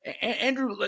Andrew